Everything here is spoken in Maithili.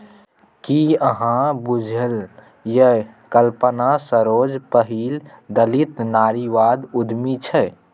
कि अहाँक बुझल यै कल्पना सरोज पहिल दलित नारीवादी उद्यमी छै?